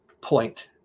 point